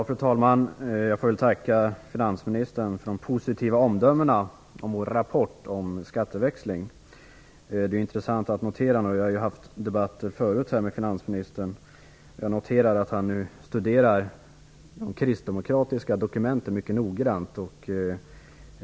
Fru talman! Jag vill tacka finansministern för de positiva omdömena om vår rapport om skatteväxling. Det är intressant att notera att finansministern nu studerar de kristdemokratiska dokumenten mycket noggrant.